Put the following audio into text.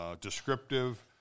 descriptive